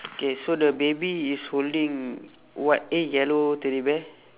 okay so the baby is holding what eh yellow teddy bear